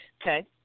Okay